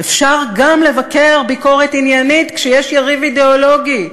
אפשר גם לבקר ביקורת עניינית כשיש יריב אידיאולוגי.